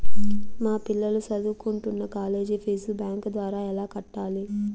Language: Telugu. మా పిల్లలు సదువుకుంటున్న కాలేజీ ఫీజు బ్యాంకు ద్వారా ఎలా కట్టాలి?